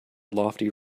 lofty